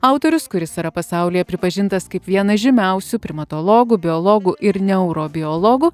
autorius kuris yra pasaulyje pripažintas kaip viena žymiausių primatologų biologų ir neurobiologų